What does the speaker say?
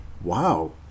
Wow